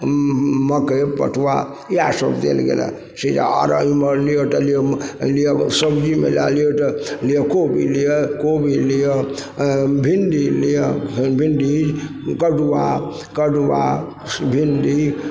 मकइ पटुआ इएह सब देल गेल यऽ से आओर एमहर लिअ सब्जीमे लए लियौ तऽ लिअ कोबी लिअ कोबी लिअ भिण्डी लिअ भिण्डी कदुआ कदुआ भिण्डी